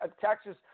taxes